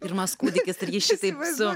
pirmas kūdikis ir jį šitaip su